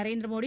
Narendra Modi